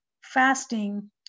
fasting